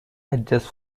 adjust